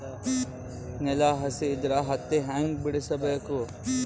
ನೆಲ ಹಸಿ ಇದ್ರ ಹತ್ತಿ ಹ್ಯಾಂಗ ಬಿಡಿಸಬೇಕು?